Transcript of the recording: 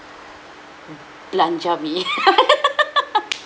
belanja me